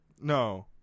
No